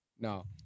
No